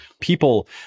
people